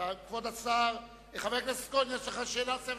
חבר הכנסת אמנון כהן, יש לך שאלה נוספת?